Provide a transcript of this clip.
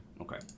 Okay